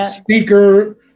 speaker